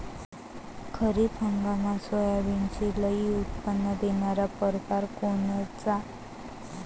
खरीप हंगामात सोयाबीनचे लई उत्पन्न देणारा परकार कोनचा?